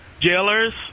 Jailers